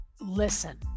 listen